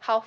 how